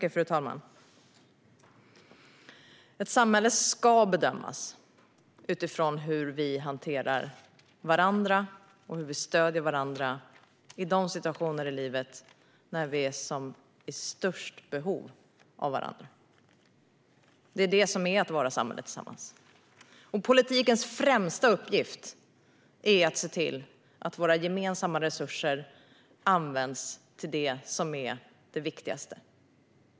Fru talman! Ett samhälle ska bedömas utifrån hur vi hanterar och stöder varandra i de situationer i livet när vi är i störst behov av varandra. Det är detta som är att vara samhälle tillsammans. Politikens främsta uppgift är att se till att våra gemensamma resurser används till det som är det viktigaste.